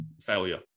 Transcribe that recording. failure